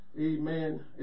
Amen